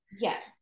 Yes